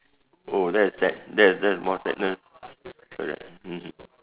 oh that is sad that is that is more sadness correct